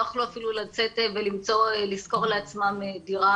לא יכלו אפילו לצאת ולשכור לעצמם דירה